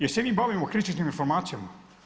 Jel se mi bavimo kritičnim informacijama?